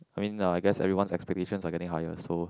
I mean I guess everyone's expectations are getting higher so